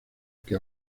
que